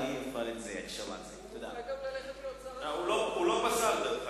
הוא לא פסל, דרך אגב.